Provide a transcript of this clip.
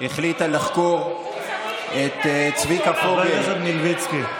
החליטה לחקור את צביקה פוגל.